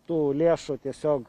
tų lėšų tiesiog